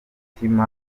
umutima